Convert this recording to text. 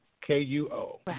K-U-O